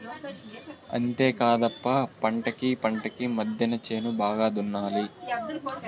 అంతేకాదప్ప పంటకీ పంటకీ మద్దెన చేను బాగా దున్నాలి